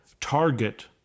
Target